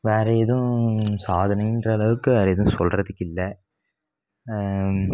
வேறு ஏதும் சாதனைன்ற அளவுக்கு வேறு ஏதும் சொல்றதுக்கில்லை